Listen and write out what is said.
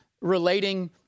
relating